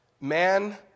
man